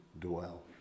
dwell